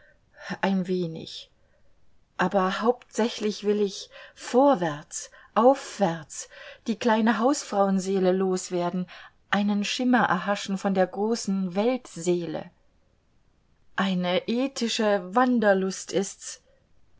ein wenig aber hauptsächlich will ich vorwärts aufwärts die kleine hausfrauenseele loswerden einen schimmer erhaschen von der großen weltseele eine ethische wanderlust ist's